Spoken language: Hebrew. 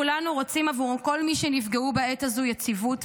כולנו רוצים עבור כל מי שנפגעו בעת הזו יציבות,